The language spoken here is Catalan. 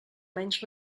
menys